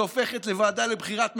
שהופכת לוועדה לבחירת מקורבים,